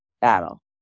battle